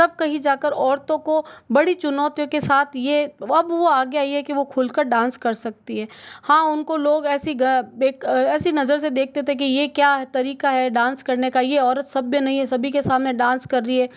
तब कहीं जाकर औरतों को बड़ी चुनौतियों के साथ ये अब वो आगे आई है खुल कर डांस कर सकती है हाँ उनको लोग ऐसी कि ऐसी नजर से देखते है कि ये क्या तरीका है डांस करने का ये औरत सभ्य नहीं है सभी के सामने डांस कर रही है